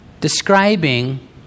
describing